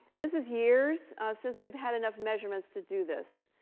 this is years since we've had enough measurements to do this.